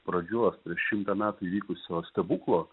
pradžios prieš šimtą metų įvykusio stebuklo